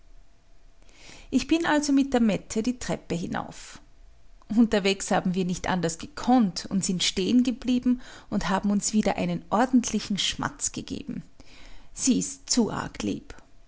ich bin also mit der mette die treppe hinauf unterwegs haben wir nicht anders gekonnt und sind stehen geblieben und haben uns wieder einen ordentlichen schmatz gegeben sie ist zu arg lieb